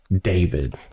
David